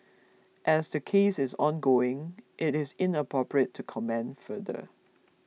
as the case is ongoing it is inappropriate to comment further